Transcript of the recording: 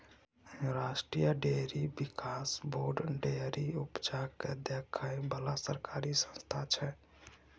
राष्ट्रीय डेयरी बिकास board dairy उपजा केँ देखै बला सरकारी संस्था छै